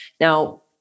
Now